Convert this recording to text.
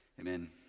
Amen